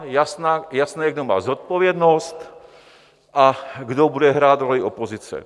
Je jasné, kdo má zodpovědnost a kdo bude hrát roli opozice.